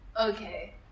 Okay